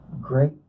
Great